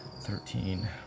Thirteen